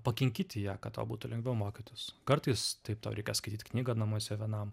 pakinkyti ją kad tau būtų lengviau mokytis kartais taip tau reikės skaityt knygą namuose vienam